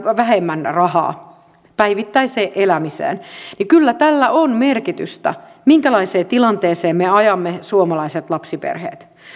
vähemmän rahaa päivittäiseen elämiseen kyllä tällä on merkitystä minkälaiseen tilanteeseen me ajamme suomalaiset lapsiperheet